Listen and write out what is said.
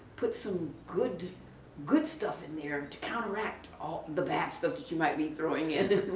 put some good good stuff in there to counteract all the bad stuff that you might be throwing in.